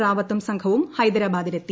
റാവത്തും സംഘവും ഹൈദരാബാദിലെത്തി